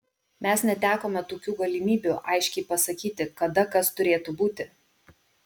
mes netekome tokių galimybių aiškiai pasakyti kada kas turėtų būti